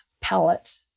palette